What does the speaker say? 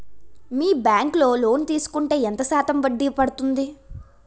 మీ bank లో loan తీసుకుంటే ఎంత శాతం వడ్డీ పడ్తుంది?